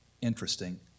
Interesting